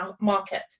market